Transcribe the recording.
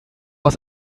aus